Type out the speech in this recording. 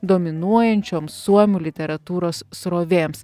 dominuojančioms suomių literatūros srovėms